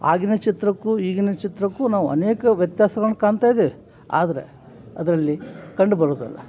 ಆಗಿನ ಚಿತ್ರಕ್ಕೂ ಈಗಿನ ಚಿತ್ರಕ್ಕೂ ನಾವು ಅನೇಕ ವ್ಯತ್ಯಾಸಗಳ್ನು ಕಾಣ್ತಾ ಇದ್ದೇವೆ ಆದರೆ ಅದರಲ್ಲಿ ಕಂಡುಬರೋದಲ್ಲ